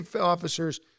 officers